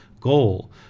goal